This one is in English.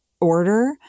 order